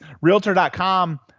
Realtor.com